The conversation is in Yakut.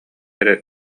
эрэ